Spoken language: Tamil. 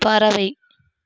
பறவை